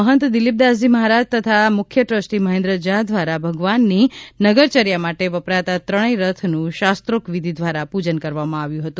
મહંત દિલીપદાસજી મહારાજ તથા મુખ્ય ટ્રસ્ટી મહેન્દ્ર ઝા દ્વારા ભગવાનની નગરચર્યા માટે વપરાતા ત્રણેય રથનું શાસ્ત્રોક્ત વિધિ દ્વારા પૂજન કરવામાં આવ્યું હતું